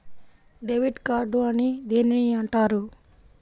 Debit card అని దేనిని అంటారు?